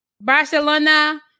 Barcelona